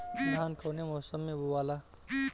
धान कौने मौसम मे बोआला?